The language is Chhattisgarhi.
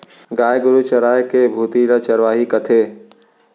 गाय गरू चराय के भुती ल चरवाही कथें